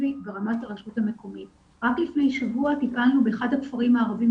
זה מכרז שהוא שונה מהמיזם של ביטחון תזונתי וגם המניעים